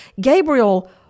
Gabriel